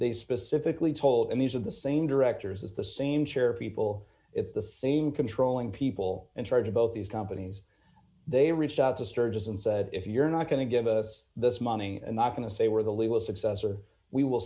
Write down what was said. they specifically told him these are the same directors as the same chair people it's the same controlling people in charge of both these companies they reached out to sturgis and said if you're not going to give us this money and not going to say d we're d the legal successor we will